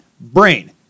brain